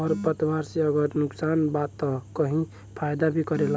खर पतवार से अगर नुकसान बा त कही फायदा भी करेला